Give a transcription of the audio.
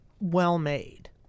well-made